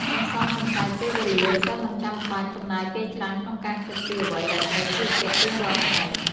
សន្សំសំចៃពេលវេលា សិស្សមិនចាំបាច់ចំណាយពេលច្រើនក្នុងការគិតពីអ្វីដែលត្រូវស្លៀកពាក់រៀងរាល់ថ្ងៃ។